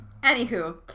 Anywho